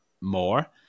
more